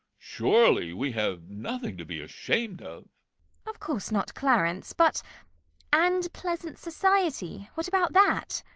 surely we have nothing to be ashamed of of course not, clarence. but and pleasant society. what about that